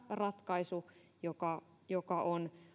ratkaisu joka joka on